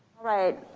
right,